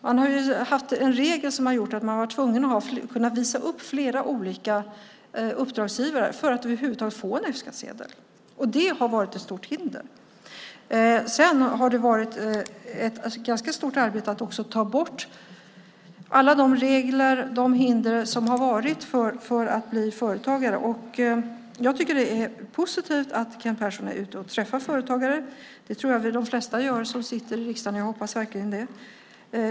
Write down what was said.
Man har haft en regel som har gjort att man har varit tvungen att kunna visa upp flera olika uppdragsgivare för att över huvud taget få en F-skattsedel. Det har varit ett stort hinder. Det har varit ett ganska stort arbete att ta bort alla de regler och hinder som har varit för att man ska få bli företagare. Jag tycker att det är positivt att Kent Persson är ute och träffar företagare. Det tror jag att de flesta gör som sitter i riksdagen. Jag hoppas verkligen det.